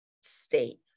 state